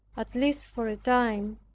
at least for a time,